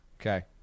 Okay